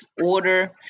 order